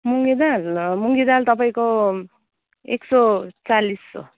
मुगी दाल मुगी दाल तपाईँको एक सय चालिस हो